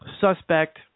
suspect